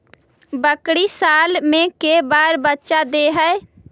बकरी साल मे के बार बच्चा दे है?